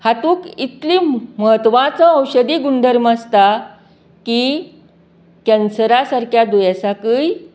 हातूंत इतली म्हत्वाचो औशदी गुंडधर्म आसता की केन्सरा सारक्या दुयेंसाकय